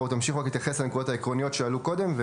תמשיכו להתייחס לנקודות העקרוניות שעלו קודם,